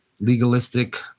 legalistic